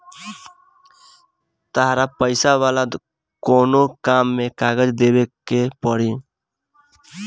तहरा पैसा वाला कोनो काम में कागज देवेके के पड़ी